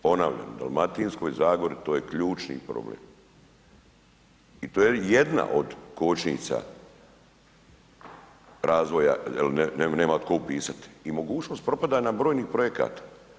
Ponavljam, u Dalmatinskoj zagori to je ključni problem i to je jedna od kočnica razvoja jer nema tko upisati i mogućnost propadanja brojnih projekata.